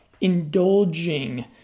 indulging